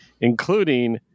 including